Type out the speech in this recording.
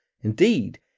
Indeed